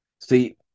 See